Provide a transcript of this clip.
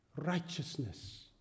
righteousness